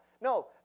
No